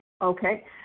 Okay